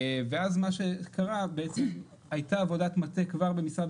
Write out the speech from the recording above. מה שקרה הוא שהייתה עבודת מטה כבר במשרד